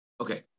Okay